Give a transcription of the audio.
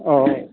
অঁ